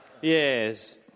Yes